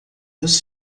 dos